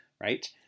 right